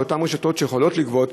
של אותן רשתות שיכולות לגבות,